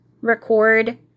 record